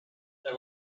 that